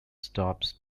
stops